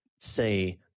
say